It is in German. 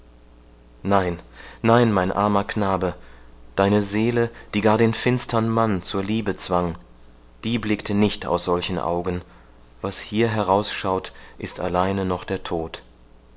nein nein mein armer knabe deine seele die gar den finstern mann zur liebe zwang die blickte nicht aus solchen augen was hier herausschaut ist alleine noch der tod